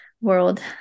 world